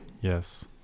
Yes